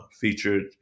featured